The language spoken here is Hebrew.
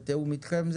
זה היה בתיאום אתכם?